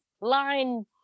line